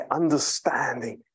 understanding